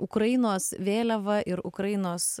ukrainos vėliava ir ukrainos